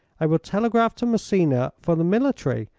i will telegraph to messina for the military.